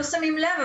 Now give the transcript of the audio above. לא שמים לב,